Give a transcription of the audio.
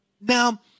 Now